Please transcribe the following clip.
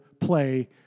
play